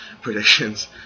predictions